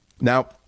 Now